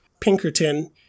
Pinkerton